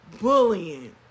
bullying